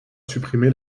supprimé